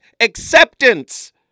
Acceptance